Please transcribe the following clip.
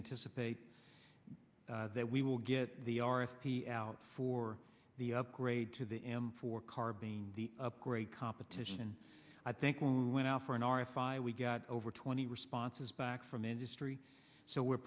anticipate that we will get the r f p out for the upgrade to the m four car being the upgrade competition i think when we went out for an r file we got over twenty responses back from industry so we're